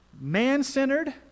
man-centered